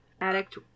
addict